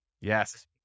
Yes